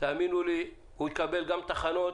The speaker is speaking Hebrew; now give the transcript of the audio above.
תאמינו לי הוא יקבל גם תחנות,